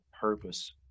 purpose